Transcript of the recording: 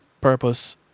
Purpose